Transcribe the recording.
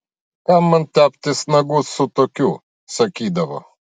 kam man teptis nagus su tokiu sakydavo